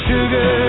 Sugar